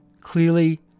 clearly